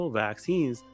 vaccines